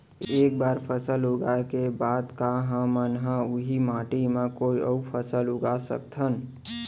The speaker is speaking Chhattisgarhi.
एक बार फसल उगाए के बाद का हमन ह, उही माटी मा कोई अऊ फसल उगा सकथन?